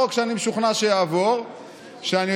מי